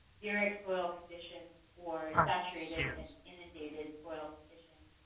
xeric soil conditions or saturated and inundated soil conditions,